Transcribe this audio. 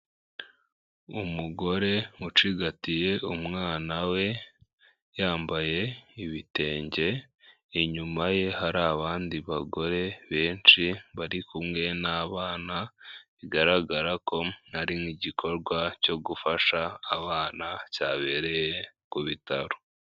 Umugore ucigatiye umwana we yambaye ibitenge, inyuma ye hari abandi bagore benshi bari kumwe n'abana bigaragara ko hari nk'igikorwa cyo gufasha abana cyabereye ku bitaro.